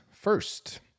first